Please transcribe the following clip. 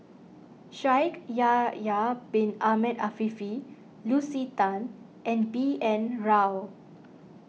Shaikh Yahya Bin Ahmed Afifi Lucy Tan and B N Rao